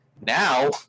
now